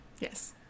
Yes